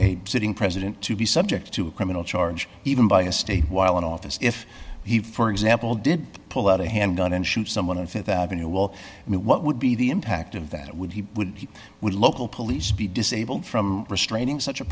a sitting president to be subject to a criminal charge even by a state while in office if he for example do pull out a hand gun and shoot someone on th avenue wall and what would be the impact of that would he would local police be disabled from restraining such a